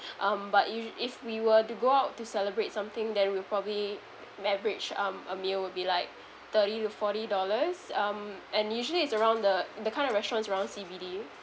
um but u~ if we were to go out to celebrate something then we'll probably leverage um a meal would be like thirty to forty dollars um and usually it's around the the kind of restaurants around C_B_D